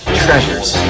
treasures